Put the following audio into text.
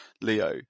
Leo